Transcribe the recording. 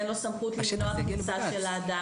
אין לו סמכות למנוע כניסה של האדם,